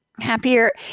happier